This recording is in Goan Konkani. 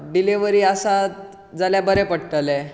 डिलीवरी आसात जाल्यार बरें पडटलें